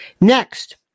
Next